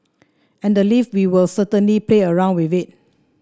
and the leave we were certainly play around with it